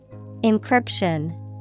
Encryption